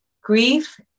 Grief